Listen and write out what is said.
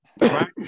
right